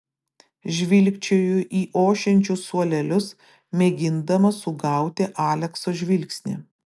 žvilgčioju į ošiančius suolelius mėgindama sugauti alekso žvilgsnį